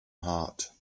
heart